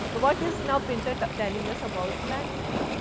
what is now pinter telling us about language?